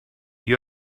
you